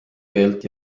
keelt